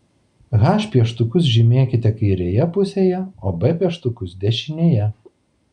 h pieštukus žymėkite kairėje pusėje o b pieštukus dešinėje